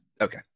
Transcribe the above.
Okay